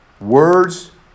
Words